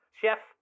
chef